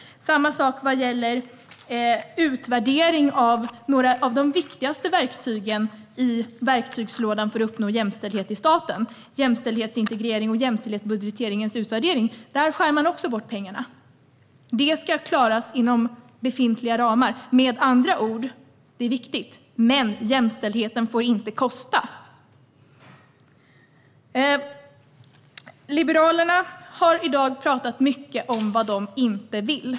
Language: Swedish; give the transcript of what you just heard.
Samma sak gäller utvärdering av några av de viktigaste verktygen i verktygslådan för att uppnå jämställdhet i staten, nämligen utvärderingen av jämställdhetsintegrering och jämställdhetsbudgetering. Där skär man också bort pengar. Det ska klaras inom befintliga ramar. Med andra ord är frågan viktig, men jämställdheten får inte kosta. Liberalerna har i dag talat mycket om vad de inte vill.